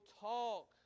talk